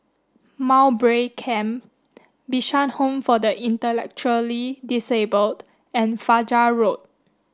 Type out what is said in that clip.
Mowbray Camp Bishan Home for the Intellectually Disabled and Fajar Road